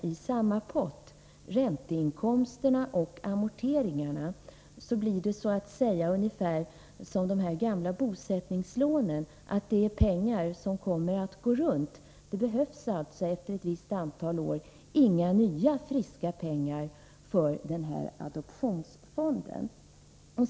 Om man lägger ränteinkomster och amorteringar i samma pott och på det sättet får en fond blir det ungefär som de gamla bosättningslånen — pengarna kommer att gå runt, och det skulle efter ett visst antal år inte behövas några nya friska pengar för en sådan adoptionsfond.